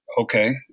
Okay